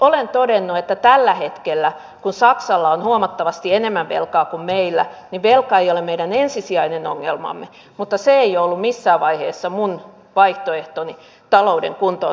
olen todennut että tällä hetkellä kun saksalla on huomattavasti enemmän velkaa kuin meillä niin velka ei ole meidän ensisijainen ongelmamme mutta se ei ole ollut missään vaiheessa minun vaihtoehtoni talouden kuntoon saattamiseksi